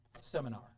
seminar